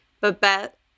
Babette